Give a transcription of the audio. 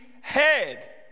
head